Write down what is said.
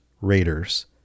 raiders